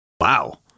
Wow